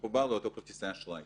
חברות כרטיסי אשראי